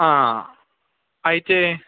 అయితే